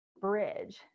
Bridge